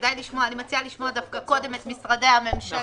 אני מציעה לשמוע קודם דווקא את משרדי הממשלה.